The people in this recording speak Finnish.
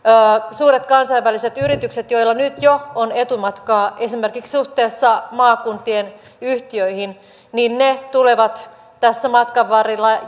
suuret kansainväliset yritykset joilla nyt jo on etumatkaa esimerkiksi suhteessa maakuntien yhtiöihin tulevat tässä matkan varrella